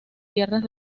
tierras